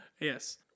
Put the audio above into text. Yes